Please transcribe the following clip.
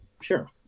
sure